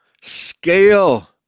scale